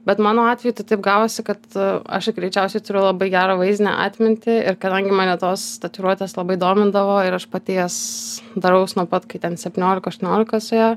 bet mano atveju tai taip gavosi kad aš greičiausiai turiu labai gerą vaizdinę atmintį ir kadangi mane tos tatuiruotės labai domindavo ir aš pati jas daraus nuo pat kai ten septyniolika aštuoniolika suėjo